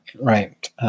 right